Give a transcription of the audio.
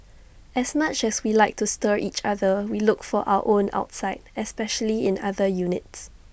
as much as we like to stir each other we look after our own outside especially in other units